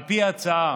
על פי ההצעה,